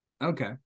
okay